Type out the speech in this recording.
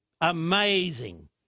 amazing